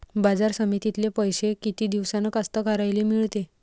बाजार समितीतले पैशे किती दिवसानं कास्तकाराइले मिळते?